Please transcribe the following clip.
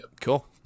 Cool